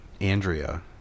Andrea